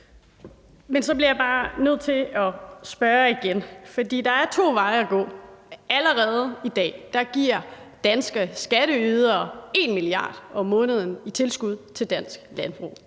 Men så bliver jeg bare nødt til at spørge igen, for der er to veje at gå. Allerede i dag giver danske skatteydere 1 mia. kr. om måneden i tilskud til dansk landbrug.